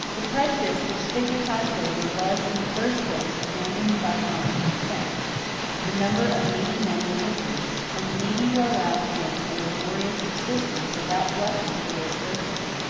the prejudice which stigmatized labor was in the first place abandoned by common consent the number of needy men was increased, and the needy were allowed to gain a laborious subsistence without blushing for their exertions.